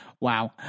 Wow